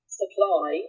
supply